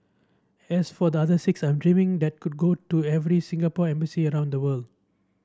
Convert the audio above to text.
as for the other six I'm dreaming that could go to every Singapore embassy around the world